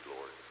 Lord